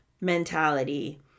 mentality